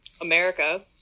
America